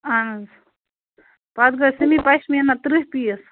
اہن حظ پتہٕ گوٚو سمی پشمیٖنہ تٕرٛہ پیٖس